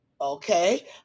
okay